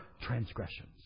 transgressions